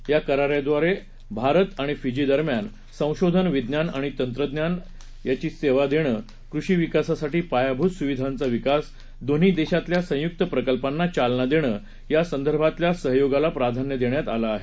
या कराराद्वारे भारत आणि फिजी दरम्यान संशोधन विज्ञान आणि तंत्रज्ञान तज्ञाची सेवा देणं कृषी विकासासाठी पायाभूत सुविधाचा विकास दोन्ही देशातल्या संयुक्त प्रकल्पांना चालना देणं ह्यासंदर्भातल्या सहयोगाला प्राधान्य देण्यात आलं आहे